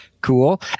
Cool